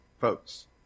folks